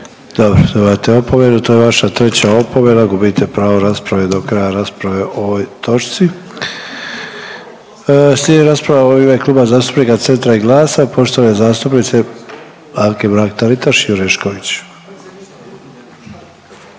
Dobro, dobivate opomenu, to je vaša treća opomena, gubite pravo rasprave do kraja rasprave o ovoj točci. Slijedi rasprava u ime Kluba zastupnika Centra i GLAS-a poštovane zastupnice Anke Mrak-Taritaš i Orešković.